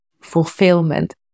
fulfillment